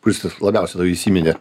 kuistis jis labiausiai įsiminė